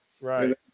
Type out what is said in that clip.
Right